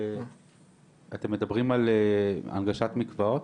אתם מדברים על הנגשת מקוואות?